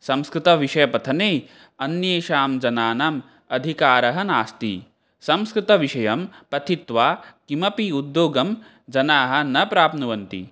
संस्कृतविषयपठने अन्येषां जनानाम् अधिकारः नास्ति संस्कृतविषयं पठित्वा किमपि उद्योगं जनाः न प्राप्नुवन्ति